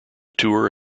tour